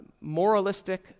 moralistic